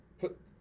put